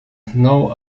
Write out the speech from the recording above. known